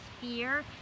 fear